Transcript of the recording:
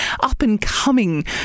up-and-coming